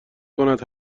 کند